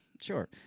sure